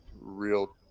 real